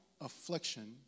Affliction